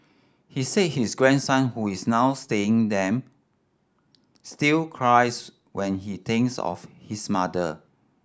he said his grandson who is now staying them still cries when he thinks of his mother